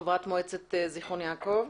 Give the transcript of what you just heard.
חברת מועצת זיכרון יעקב.